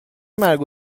مرگ